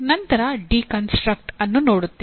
ನಂತರ "ಡಿಕನ್ಸ್ಟ್ರಕ್ಟ್" ಅನ್ನು ನೋಡುತ್ತೇವೆ